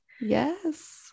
Yes